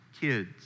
kids